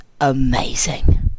amazing